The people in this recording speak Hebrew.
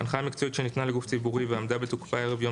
"(א)הנחיה מקצועית שניתנה לגוף ציבורי ועמדה בתוקפה ערב יום